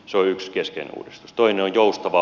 toinen on joustava hoitoraha